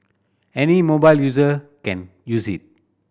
any mobile user can use it